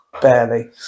Barely